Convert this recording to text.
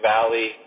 Valley